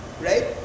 right